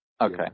Okay